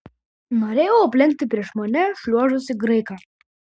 norėjau aplenkti prieš mane šliuožusį graiką